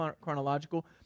chronological